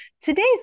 Today's